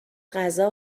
غذا